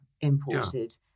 imported